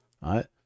right